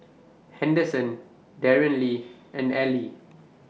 Henderson Darian and Elie